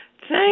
thank